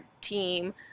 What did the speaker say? team